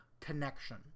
connection